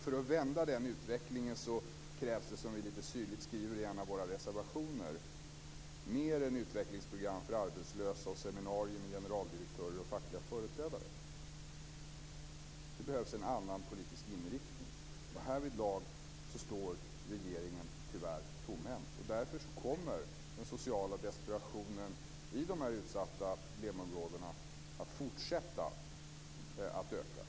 För att vända den här utvecklingen krävs det, som vi lite syrligt skriver i en av våra reservationer, mer än utvecklingsprogram för arbetslösa och seminarier med generaldirektörer och fackliga företrädare. Det behövs en annan politisk inriktning. Härvidlag står regeringen tyvärr tomhänt. Därför kommer den sociala desperationen i de utsatta problemområdena att fortsätta att öka.